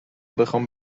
بخوام